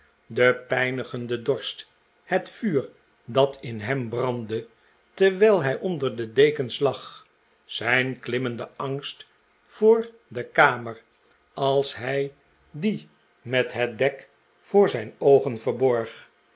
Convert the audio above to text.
de pijnigende dorst het vuur dat in hem brandde terwijl hij onder de dekens lag zijn klimmende angst voor de kamer als hij die met het dek voor zijn oogen verborg